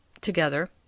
together